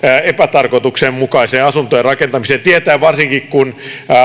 epätarkoituksenmukaiseen asuntojen rakentamiseen varsinkin kun